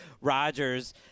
Rodgers